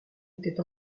étaient